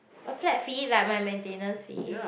a flat fee like my maintenance fee